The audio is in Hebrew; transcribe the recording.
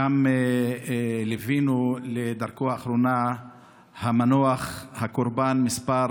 ושם ליווינו לדרכו האחרונה את המנוח, קורבן מס'